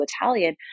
Italian